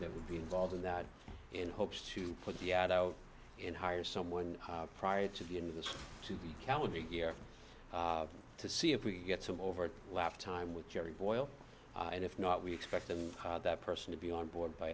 that will be involved in that in hopes to put the ad out and hire someone prior to the end of this to the calendar year to see if we get some over lap time with gerry boyle and if not we expect them that person to be on board by